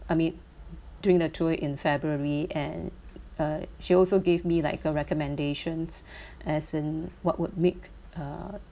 I mean during the tour in february and uh she also gave me like a recommendations as in what would make uh